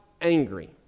angry